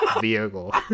vehicle